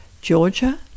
Georgia